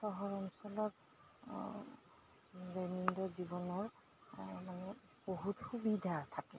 চহৰ অঞ্চলত দৈনন্দিন জীৱনৰ মানে বহুত সুবিধা থাকে